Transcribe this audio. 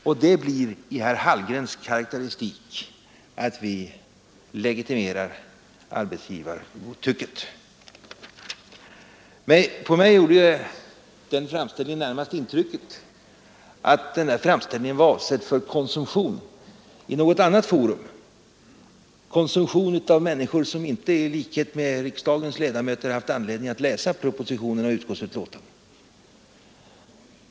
Och detta blir i herr Hallgrens karakteristik att vi legitimerar arbetsgivargodtycket! Nej, på mig gjorde herr Hallgrens framställning närmast det intrycket att den var avsedd för konsumtion inför något annat forum och av människor vilka inte som riksdagens ledamöter har haft anledning att läsa propositionen och utskottets betänkande.